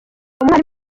umwana